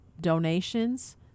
donations